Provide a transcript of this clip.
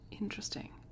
Interesting